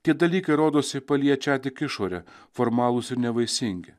tie dalykai rodosi paliečią tik išorę formalūs ir nevaisingi